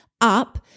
up